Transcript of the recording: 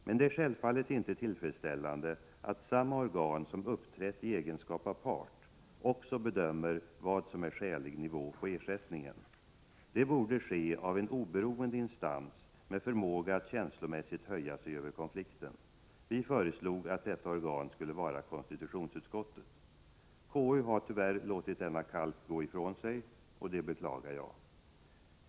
Men det är självfallet inte tillfredsställande att samma organ som uppträtt i egenskap av part också bedömer vad som är skälig nivå på ersättningen. Det borde ske av en oberoende instans med förmåga att känslomässigt höja sig över konflikten. Vi föreslog att detta organ skulle vara konstitutionsutskottet. KU har tyvärr låtit denna kalk gå ifrån sig. Det beklagar jag.